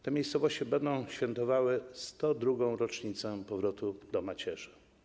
Te miejscowości będą świętowały 102. rocznicę powrotu do macierzy.